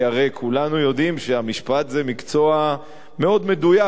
כי הרי כולנו יודעים שהמשפט זה מקצוע מאוד מדויק,